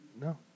No